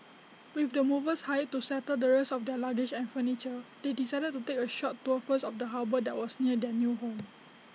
with the movers hired to settle the rest of their luggage and furniture they decided to take A short tour first of the harbour that was near their new home